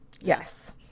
Yes